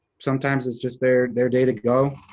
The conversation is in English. sometimes it's just their, their day to go.